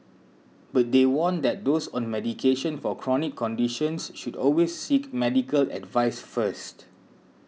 but they warn that those on medication for chronic conditions should always seek medical advice first